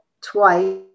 twice